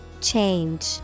Change